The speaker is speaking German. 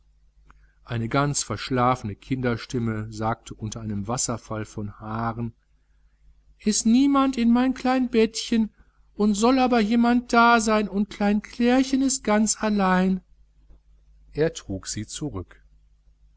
eine ganz verschlafene kinderstimme sagte unter einem wasserfall von haaren is niemand in mein klein bettchen und soll aber jemand da sein und klein clärchen is ganz allein er trug sie zurück